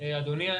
אדוני,